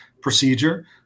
procedure